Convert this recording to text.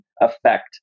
affect